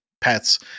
pets